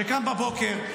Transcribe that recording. שקם בבוקר,